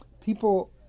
people